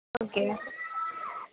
okay